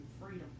freedom